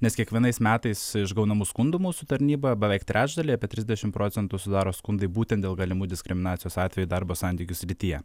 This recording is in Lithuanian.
nes kiekvienais metais iš gaunamų skundų mūsų tarnyba beveik trečdalį apie trisdešimt procentų sudaro skundai būtent dėl galimų diskriminacijos atvejų darbo santykių srityje